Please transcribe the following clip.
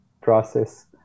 process